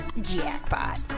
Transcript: Jackpot